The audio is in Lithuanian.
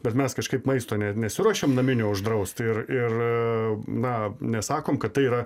bet mes kažkaip maisto ne nesiruošiam naminio uždraust ir ir na nesakom kad tai yra